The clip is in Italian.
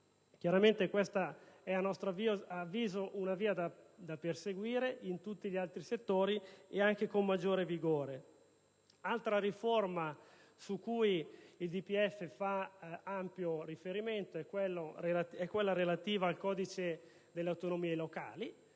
l'efficienza. Questa è, a nostro avviso, la via da perseguire in tutti i settori, anche con maggiore vigore. L'altra riforma a cui il DPEF fa ampio riferimento è quella relativa al codice delle autonomie locali,